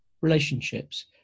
relationships